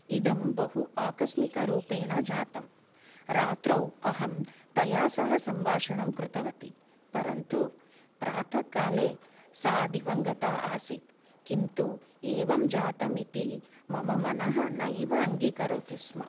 इदं बहु आकस्मिकरूपेण जातं रात्रौ अहं तया सह सम्भाषणं कृतवती परन्तु प्रातःकाले सा दिवङ्गता आसीत् किन्तु एवं जातम् इति मम मनः नैव अङ्गीकरोति स्म